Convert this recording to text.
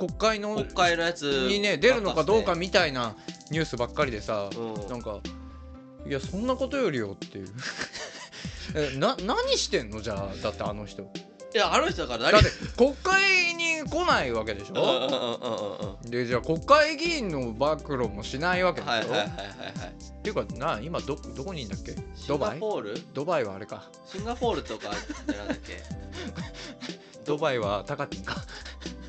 国会の国会のやつにね、ばっかっすね。出るのかどうかみたいなニュースばっかりでさ、うん。なんか、いや、そんなことよりよっていう。 え、な- 何してんの？じゃあ、だってあの人。いや、あの人だから何？だって国会に来ないわけでしょ？ うんうんうんうんうんうん。で、じゃあ国会議員の暴露もしないわけでしょ？はいはいはいはいはい。っていうか、な、今ど- どこにいんだっけ？ドバイ？シンガポール？ドバイはあれか。シンガポールとかじゃなかったっけ？ ドバイはタカティンか。